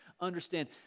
understand